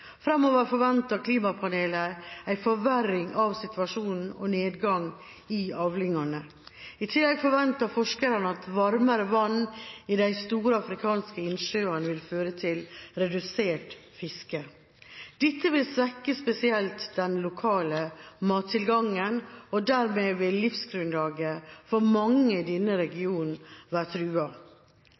Fremover forventer klimapanelet en forverring av situasjonen og nedgang i avlingene. I tillegg forventer forskerne at varmere vann i de store afrikanske innsjøene vil føre til redusert fiske. Dette vil svekke spesielt den lokale mattilgangen, og dermed vil livsgrunnlaget for mange i denne regionen